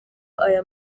aya